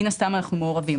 מן הסתם אנחנו מעורבים.